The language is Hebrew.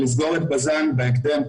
לסגור את בז"ן בהקדם.